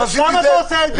למה אתה עושה את זה?